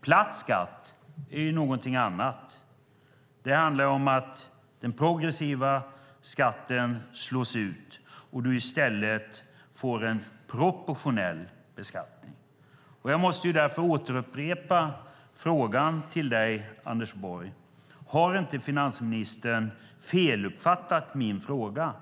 Platt skatt är något annat. Det handlar om att den progressiva skatten slås ut och man i stället får en proportionell beskattning. Jag måste därför återupprepa frågan till dig, Anders Borg: Har inte finansministern feluppfattat min fråga?